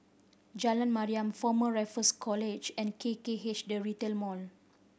Jalan Mariam Former Raffles College and K K H The Retail Mall